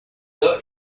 the